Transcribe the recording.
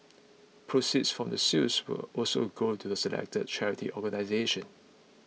proceeds from the sales will also go to the selected charity organisations